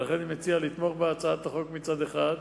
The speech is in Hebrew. ולכן אני מציע לתמוך בהצעת החוק מצד אחד,